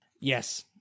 Yes